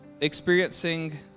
experiencing